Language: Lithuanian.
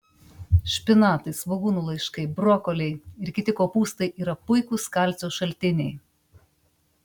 špinatai svogūnų laiškai brokoliai ir kiti kopūstai yra puikūs kalcio šaltiniai